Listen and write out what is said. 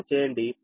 కాబట్టి 0